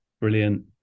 brilliant